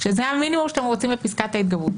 שזה המינימום שאתם רוצים לפסקת ההתגברות.